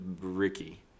Ricky